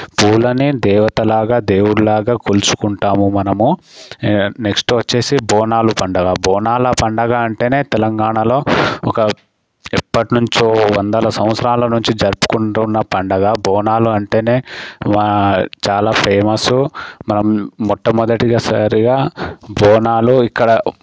పూలనే దేవతలాగా దేవుడులాగా కొలుచుకుంటాము మనము నెక్స్ట్ వచ్చేసి బోనాలు పండగ బోనాల పండగ అంటేనే తెలంగాణలో ఒక ఎప్పటినుంచో వందల సంవత్సరాల నుంచి జరుపుకుంటున్న పండగ బోనాలు అంటేనే చాలా ఫేమస్ మనం మొట్టమొదటిసారిగా బోనాలు ఇక్కడ